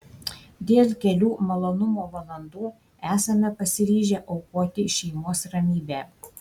dėl kelių malonumo valandų esame pasiryžę aukoti šeimos ramybę